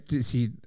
see